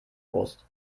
brust